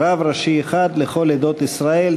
רב ראשי אחד לכל עדות ישראל),